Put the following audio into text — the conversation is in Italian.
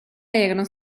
erano